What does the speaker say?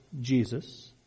Jesus